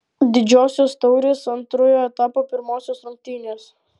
didžiosios taurės antrojo etapo pirmosios rungtynės